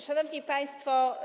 Szanowni Państwo!